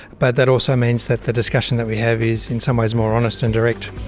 but that also means that the discussion that we have is in some ways more honest and direct.